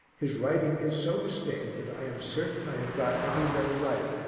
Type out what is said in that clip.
his writing is so distinct that i am certain i have got every letter right,